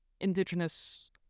indigenous